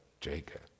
Jacob